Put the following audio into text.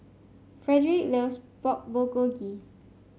Frederic loves Pork Bulgogi